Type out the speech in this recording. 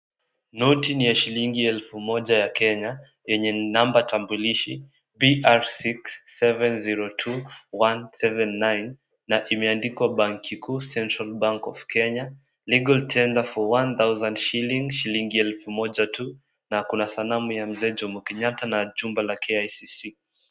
Noti ni ya shilingi elfu moja ya Kenya, yenye namba tambulishi, BR6702179, na imeandikwa Banki Kuu, Central Bank of Kenya, Legal Tender for 1,000 Shilling, shilingi elfu moja tu, na kuna sanamu ya Mzee Jomo Kenyata na Jumba la KICC.